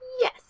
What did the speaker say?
Yes